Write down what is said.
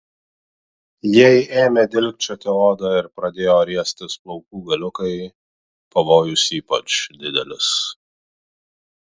jei ėmė dilgčioti odą ir pradėjo riestis plaukų galiukai pavojus ypač didelis